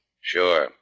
Sure